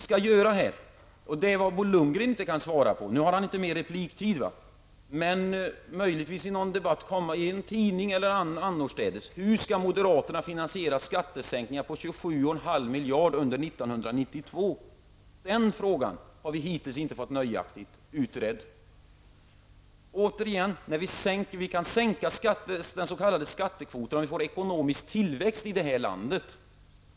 Kan Bo Lundgren svara på -- nu har han inte fler repliker men möjligtvis kan han svara i någon tidning eller annorstädes -- hur moderaterna skall finansiera skattesänkningar på 27 1/2 miljard under 1992? Den saken har vi hittills inte fått nöjaktigt utredd. Vi kan sänka den s.k. skattekvoten om vi får ekonomisk tillväxt här i landet.